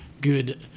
good